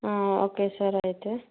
okay sir అయితే